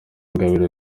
ingabire